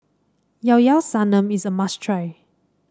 Llao Llao Sanum is a must try